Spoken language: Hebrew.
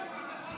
יהודים,